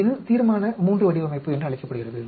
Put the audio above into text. இது தீர்மான III வடிவமைப்பு என்று அழைக்கப்படுகிறது